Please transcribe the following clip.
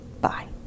Bye